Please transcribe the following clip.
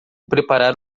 preparar